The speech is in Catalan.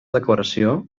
declaració